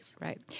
right